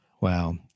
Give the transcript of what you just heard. Wow